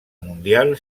mundial